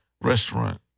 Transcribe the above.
restaurant